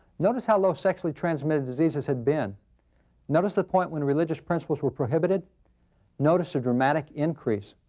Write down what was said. notice how low sexually transmitted diseases had been notice the point when religious principles were prohibited notice the dramatic increase.